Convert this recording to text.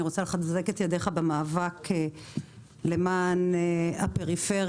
רוצה לחזק את ידיך במאבק למען הפריפריה.